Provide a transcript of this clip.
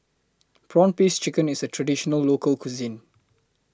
Prawn Paste Chicken IS A Traditional Local Cuisine